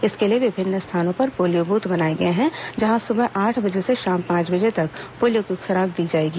इसके लिए विभिन्न स्थानों पर पोलियों ब्रथ बनाए गए हैं जहां सुबह आठ बजे से शाम पांच बजे तक पोलियो की खुराक दी जाएगी